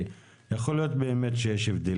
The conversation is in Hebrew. יכול להיות שיש באמת הבדלים.